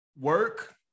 work